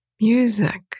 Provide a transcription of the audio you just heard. music